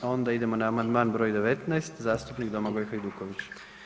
Onda idemo na amandman br. 19, zastupnik Domagoj Hajduković.